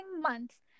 months